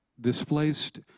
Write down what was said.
displaced